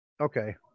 Okay